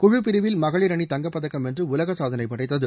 குழு பிரிவில் மகளிர் அணி தங்கப்பதக்கம் வெள்று உலக சாதனை படைத்தது